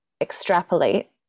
extrapolate